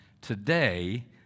today